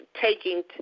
taking